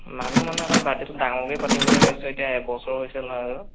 মানুহ মানে অকণ বাৰ্থডেটো ডাঙৰকে পাতিম বুলি ভাবিছোঁ এতিয়া এবছৰ হৈছে ল'ৰাটো